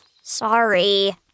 Sorry